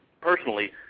personally